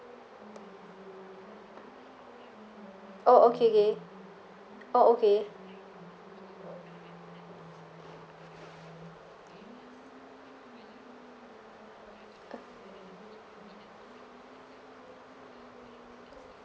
oh okay okay oh okay